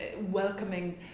welcoming